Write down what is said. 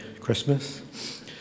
Christmas